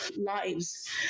lives